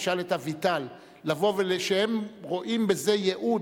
תשאל את אביטל, שהם רואים בזה ייעוד,